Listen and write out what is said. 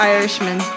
Irishman